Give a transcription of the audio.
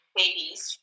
babies